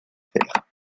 faire